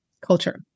culture